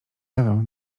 ewę